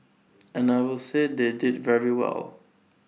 and I will say they did very well